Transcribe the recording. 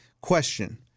Question